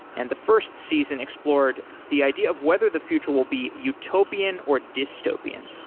and the first season explored the idea of whether the future will be utopian or dystopian.